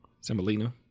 semolina